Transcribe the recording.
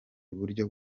buryo